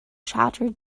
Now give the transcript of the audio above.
shattered